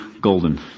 Golden